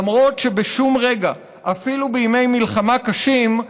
למרות שבשום רגע, אפילו בימי מלחמה קשים,